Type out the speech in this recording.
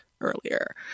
earlier